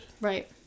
right